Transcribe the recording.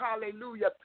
Hallelujah